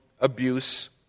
abuse